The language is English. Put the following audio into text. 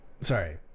sorry